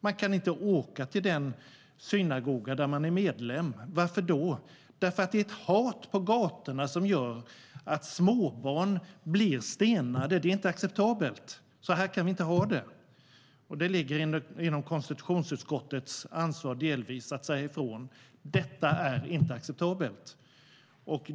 Hon kan inte åka till den synagoga där hon är medlem. Varför då? Därför att det finns ett hat på gatorna som gör att småbarn blir stenade. Det är inte acceptabelt. Så kan vi inte ha det. Det ligger delvis inom konstitutionsutskottets ansvar att säga ifrån. Detta är inte acceptabelt.